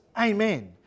Amen